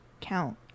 count